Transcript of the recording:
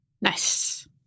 Nice